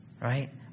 Right